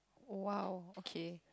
!wow! okay